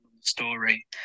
story